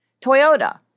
Toyota